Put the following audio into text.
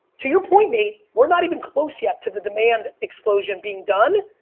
to your point, nate, we're not even close yet to the demand explosion being done,